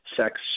sex